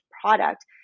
product